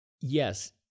Yes